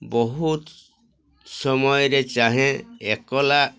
ବହୁତ ସମୟରେ ଚାହେଁ ଏକଲା